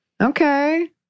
Okay